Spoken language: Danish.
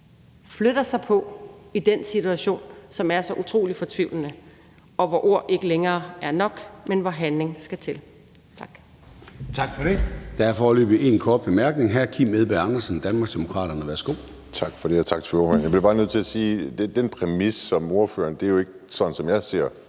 flytter sig på i den her situation, som er så utrolig fortvivlende, og hvor ord ikke længere er nok, men hvor der skal handling til. Tak.